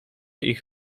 ich